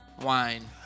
Wine